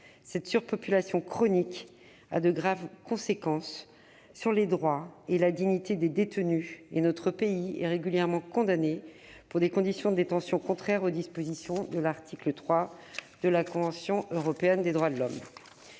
cette surpopulation chronique a de graves conséquences sur les droits et la dignité des détenus. Notre pays est d'ailleurs régulièrement condamné pour des conditions de détention contraires aux dispositions de l'article 3 de la Convention européenne des droits de l'homme.